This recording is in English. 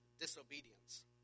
disobedience